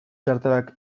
txartelak